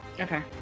Okay